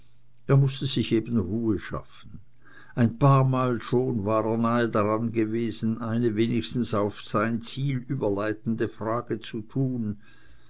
er mußte sich eben ruhe schaffen ein paarmal schon war er nahe daran gewesen eine wenigstens auf sein ziel überleitende frage zu tun